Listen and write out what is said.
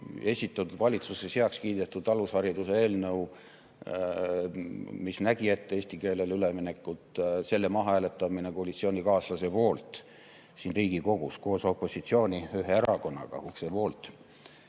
esitatud, valitsuses heaks kiidetud alushariduse eelnõu – mis nägi ette eesti keelele ülemineku – mahahääletamine koalitsioonikaaslase poolt siin Riigikogus koos opositsiooni ühe erakonnaga, ukse poolt.